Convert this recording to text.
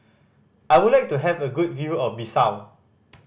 I would like to have a good view of Bissau